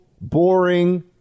boring